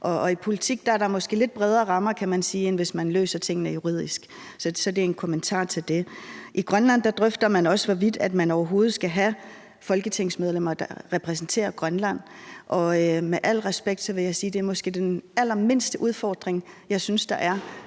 I politik er der måske lidt bredere rammer, kan man sige, end hvis man løser tingene juridisk. Så det er en kommentar til det. I Grønland drøfter man også, hvorvidt man overhovedet skal have Folketingsmedlemmer, der repræsenterer Grønland, og med al respekt vil jeg sige, at det måske er den allermindste udfordring, jeg synes der er,